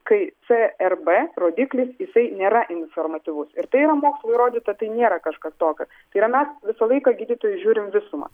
kai crb rodiklis jisai nėra informatyvus ir tai yra mokslu įrodyta tai nėra kažkas tokio tai yra mes visą laiką gydytojai žiūrim visumą